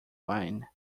wine